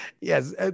Yes